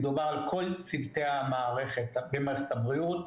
מדובר על כל צוותי מערכת הבריאות: